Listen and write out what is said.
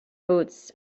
boots